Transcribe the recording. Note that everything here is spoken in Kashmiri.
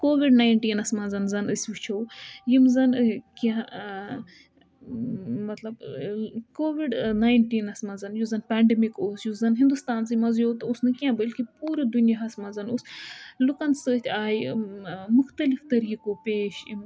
کووِڈ نایِن ٹیٖنَس منٛز أسۍ وُچھُو یِم زَن کیٚنٛہہ مطلَب کووِِڈ نایِن ٹیٖنَس منٛز یُس زَن پیٚنٛڈَمِک اوس یُس زَن ہِندُۄستانسٕے منٛز یوٚت اوس نہٕ کیٚنٛہہ بٔلکہِ پوٗرٕ دُنیاہَس منٛز اوس لُکَن سٟتۍ آیہِ مُختلِف طریٖقو پیش یُن